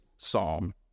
psalm